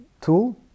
tool